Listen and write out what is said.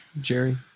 Jerry